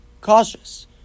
cautious